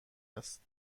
است